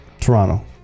Toronto